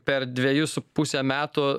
per dvejus su puse metų